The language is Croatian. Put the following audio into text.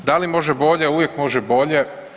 Da li može bolje, uvijek može bolje.